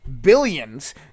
billions